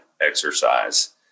exercise